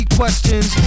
questions